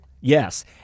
Yes